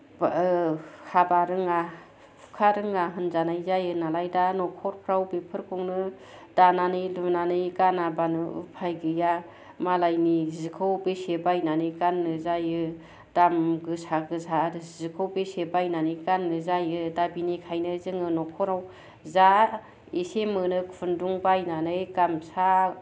हाबा रोङा हुखा रोङा होनजानाय जायो नालाय दा न'खरफ्राव बेफोरखौनो दानानै लुनानै गानाब्लानो उफाय गैया मालायनि जिखौ बेसे बायनानै गाननो जायो दाम गोसा गोसा आरो जिखौ बेसे बायनानै गाननो जायो दा बिनिखायनो जोङो न'खराव जा एसे मोनो खुन्दुं बायनानै गामसा